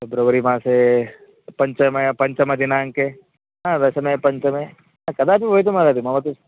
फ़ेब्रवरि मासे पञ्चमे पञ्चमदिनाङ्के दशमे पञ्चमे कदापि भवितुमर्हति मम तु